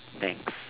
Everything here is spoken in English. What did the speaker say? thanks